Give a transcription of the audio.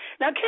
Now